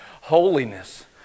Holiness